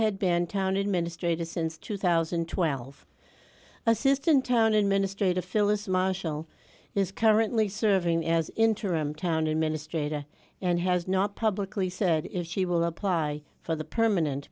had been town administrators since two thousand and twelve assistant town administrative phyllis marshall is currently serving as interim town administrator and has not publicly said if she will apply for the permanent